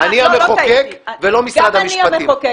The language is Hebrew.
אתה לא ממשיך את הדיון,